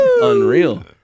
unreal